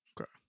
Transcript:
Okay